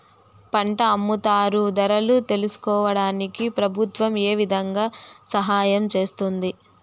పంట అమ్ముతారు ధరలు తెలుసుకోవడానికి ప్రభుత్వం ఏ విధంగా సహాయం చేస్తుంది?